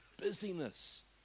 busyness